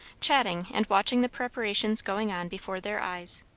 chatting and watching the preparations going on before their eyes.